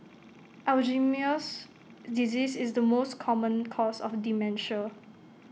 Alzheimer's disease is the most common cause of dementia